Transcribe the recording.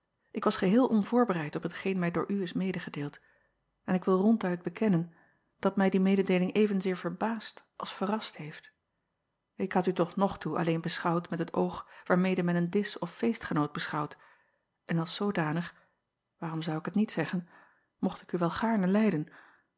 ik was geheel onvoorbereid op hetgeen mij door u is medegedeeld en ik wil ronduit bekennen dat mij die mededeeling evenzeer verbaasd als verrast heeft k had u tot nog toe alleen beschouwd met het oog waarmede men een disch of feestgenoot beschouwt en als zoodanig waarom zou ik het niet zeggen mocht ik u wel gaarne lijden